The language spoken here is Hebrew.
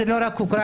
זה לא רק אוקראינה,